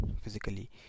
physically